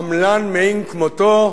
עמלן מאין כמותו,